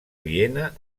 viena